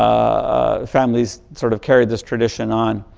family's sort of carry this tradition on.